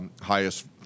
highest